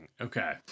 Okay